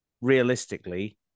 realistically